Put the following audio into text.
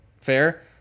Fair